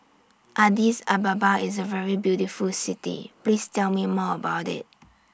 Addis Ababa IS A very beautiful City Please Tell Me More about IT